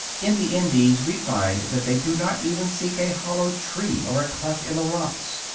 in the indies we find that they do not even seek a hollow tree or a cleft in the rocks.